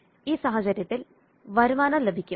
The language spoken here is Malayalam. ഈ സാഹചര്യത്തിൽ വരുമാനംലഭിക്കും